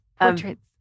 Portraits